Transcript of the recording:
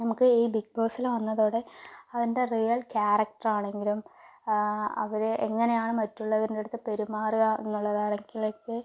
നമുക്ക് ഈ ബിഗ് ബോസിൽ വന്നതോടെ അതിൻ്റെ റിയൽ ക്യാരക്റ്ററാണെങ്കിലും അവർ എങ്ങനെയാണ് മറ്റുള്ളവരിന്റെയടുത്ത് പെരുമാറുക എന്നുള്ളത്